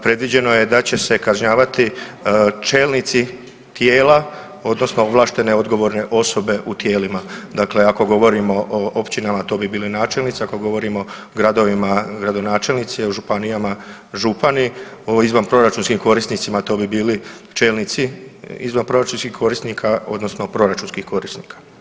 Predviđeno je da će se kažnjavati čelnici tijela odnosno ovlaštene odgovorne osobe u tijelima, dakle ako govorimo o općinama to bi bili načelnici, ako govorimo o gradovima gradonačelnici, a županijama župani, o izvanproračunskim korisnicima to bi bili čelnici izvanproračunskih korisnika odnosno proračunskih korisnika.